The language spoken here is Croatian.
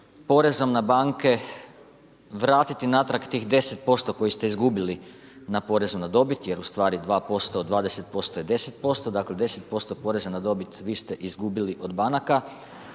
porezom na banke vratiti natrag tih 10% koje ste izgubili na porezu na dobit jer ustvari 2% od 20% je 10%, dakle 10% poreza na dobit vi ste izgubili od banaka,